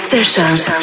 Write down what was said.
Sessions